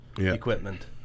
equipment